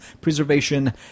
preservation